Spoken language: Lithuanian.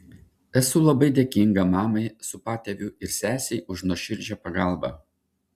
esu labai dėkinga mamai su patėviu ir sesei už nuoširdžią pagalbą